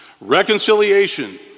Reconciliation